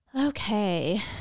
okay